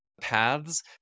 paths